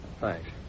Thanks